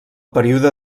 període